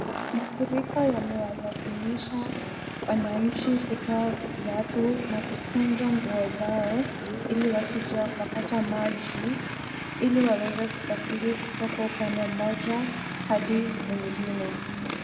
Mafuriko yamewalazimisha wanainchi kutoa viatu na kukunja nguo zao ili wasije wakapata maji. Ili waweze kusafiri kutoka upande mmoja adi mwingine.